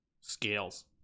scales